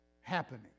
happening